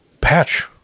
patch